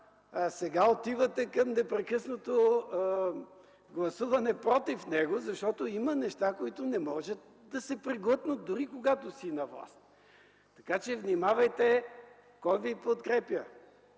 сега отивате към непрекъснато гласуване против него, защото има неща, които не може да се преглътнат дори когато си на власт. Внимавайте кой ви подкрепя!